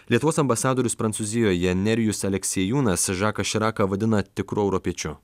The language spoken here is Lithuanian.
lietuvos ambasadorius prancūzijoje nerijus aleksiejūnas žaką širaką vadina tikru europiečiu